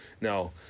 Now